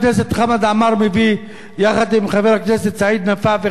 יחד עם חברי הכנסת סעיד נפאע וגאלב מג'אדלה,